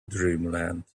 dreamland